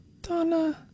Donna